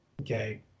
okay